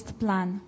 plan